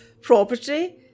property